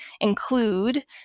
include